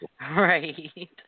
Right